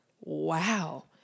wow